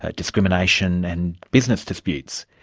ah discrimination and business disputes.